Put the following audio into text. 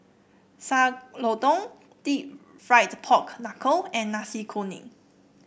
Sayur Lodeh deep fried Pork Knuckle and Nasi Kuning